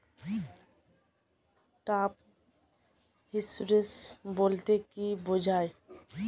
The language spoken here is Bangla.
টার্ম ইন্সুরেন্স বলতে কী বোঝায়?